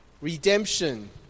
redemption